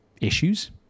issues